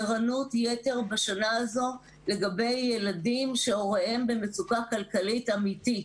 ערנות יתר בשנה הזו לגבי ילדים שהוריהם במצוקה כלכלית אמיתית.